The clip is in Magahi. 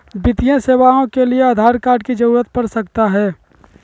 वित्तीय सेवाओं के लिए आधार कार्ड की जरूरत पड़ सकता है?